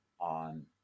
on